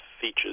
features